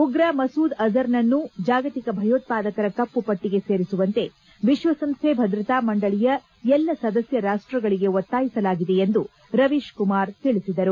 ಉಗ್ರ ಮಸೂದ್ ಅಜಾರ್ನನ್ನು ಜಾಗತಿಕ ಭಯೋತ್ವಾದಕರ ಕಪ್ಪು ಪಟ್ಲಗೆ ಸೇರಿಸುವಂತೆ ವಿಶ್ವಸಂಸ್ವೆ ಭದ್ರತಾ ಮಂಡಳಿಯ ಎಲ್ಲಾ ಸದಸ್ಯ ರಾಷ್ಷಗಳಿಗೆ ಒತ್ತಾಯಿಸಲಾಗಿದೆ ಎಂದು ರವೀಶ್ ಕುಮಾರ್ ತಿಳಿಸಿದರು